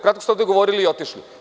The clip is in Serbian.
Kratko ste ovde govorili i otišli.